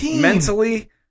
mentally